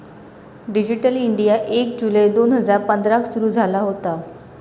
digital India एक जुलै दोन हजार पंधराक सुरू झाला होता